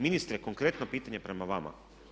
Ministre konkretno pitanje prema vama.